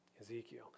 Ezekiel